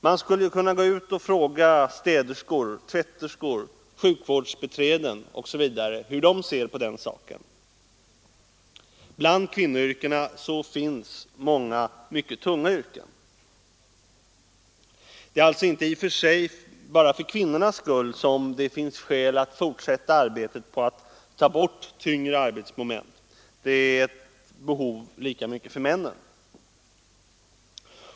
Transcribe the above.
Man skulle kunna gå ut och fråga städerskor, tvätterskor, sjukvårdsbiträden osv. hur de ser på den saken. Bland kvinnoyrkena finns många yrken som är mycket tunga. Det är således inte i och för sig bara för kvinnornas skull som det finns skäl att fortsätta arbetet på att ta bort tyngre arbetsmoment — det är ett behov lika mycket för männen.